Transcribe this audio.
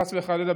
חס וחלילה,